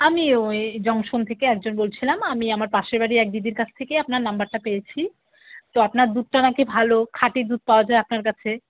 আমি ওই জংশন থেকে একজন বলছিলাম আমি আমার পাশের বাড়ির এক দিদির কাছ থেকে আপনার নাম্বারটা পেয়েছি তো আপনার দুধটা নাকি ভালো খাঁটি দুধ পাওয়া যায় আপনার কাছে